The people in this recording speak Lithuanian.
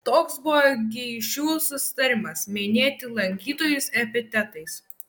toks buvo geišų susitarimas minėti lankytojus epitetais